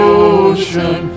ocean